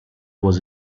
was